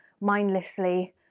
mindlessly